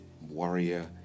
warrior